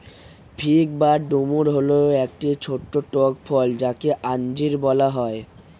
fig বা ডুমুর হল একটি ছোট্ট টক ফল যাকে আঞ্জির বলা হয়